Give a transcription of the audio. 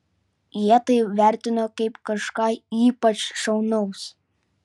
jie tai vertino kaip kažką ypač šaunaus